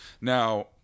now